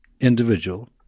individual